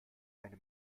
eine